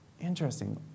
Interesting